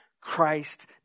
Christ